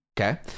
Okay